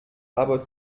aber